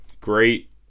great